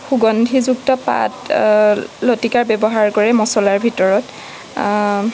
সুগন্ধিযুক্ত পাত লতিকাৰ ব্যৱহাৰ কৰে মছলাৰ ভিতৰত